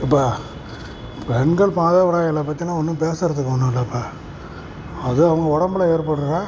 அப்பா பெண்கள் மாதவிடாய்களை பற்றிலான் ஒன்றும் பேசுகிறதுக்கு ஒன்றும் இல்லைப்பா அது அவங்க உடம்புல ஏற்படுகிற